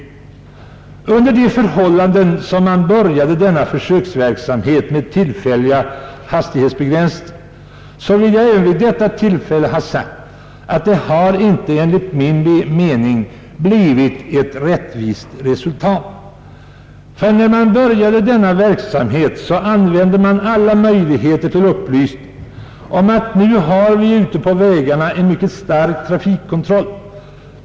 Med tanke på de förhållanden, under vilka man började försöksverksamheten med tillfälliga hastighetsbegränsningar, vill jag vid detta tillfälle ha sagt att det enligt min mening inte har blivit ett rättvist resultat. När man började denna verksamhet använde man alla möjligheter till upplysning om att vi nu ute på vägarna har en mycket stark trafikkontroll.